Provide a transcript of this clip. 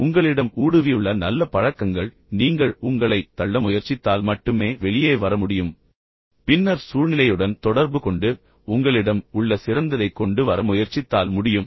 எனவே மீண்டும் உங்களிடம் ஊடுருவியுள்ள நல்ல பழக்கங்கள் நீங்கள் உங்களைத் தள்ள முயற்சித்தால் மட்டுமே வெளியே வர முடியும் பின்னர் சூழ்நிலையுடன் தொடர்புகொண்டு உங்களிடம் உள்ள சிறந்ததை கொண்டு வர முயற்சித்தால் முடியும்